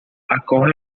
acoge